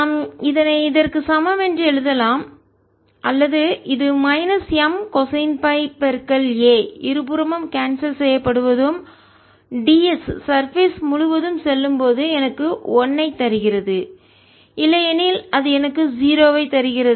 நாம் இதனை இதற்கு சமம் எழுதலாம் அல்லது இது மைனஸ் M கொசைன் a இருபுறமும் கான்செல் செய்யப்படுவதும்ds சர்பேஸ் மேற்பரப்பு முழுவதும் செல்லும் போது எனக்கு 1 ஐ தருகிறது இல்லையெனில் அது எனக்கு 0 ஐ தருகிறது